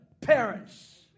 parents